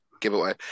giveaway